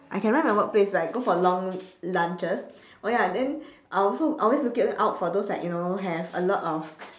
I can run from my workplace but I go for long lunches oh ya then I also I always looking out for those like you know have a lot of